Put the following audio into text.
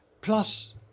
Plus